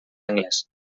anglès